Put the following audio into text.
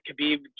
Khabib